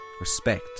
respect